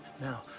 Now